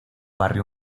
barrio